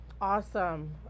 awesome